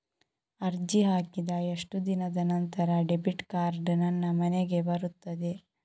ಅರ್ಜಿ ಹಾಕಿದ ಎಷ್ಟು ದಿನದ ನಂತರ ಡೆಬಿಟ್ ಕಾರ್ಡ್ ನನ್ನ ಮನೆಗೆ ಬರುತ್ತದೆ?